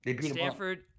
Stanford